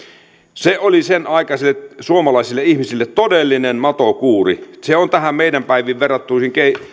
se oli senaikaisille suomalaisille ihmisille todellinen matokuuri se on näihin meidän päiviemme